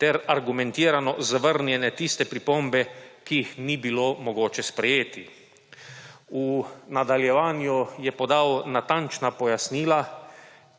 ter argumentirano zavrnjene tiste pripombe, ki jih ni bilo mogoče sprejeti. V nadaljevanju je podal natančna pojasnila